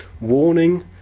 warning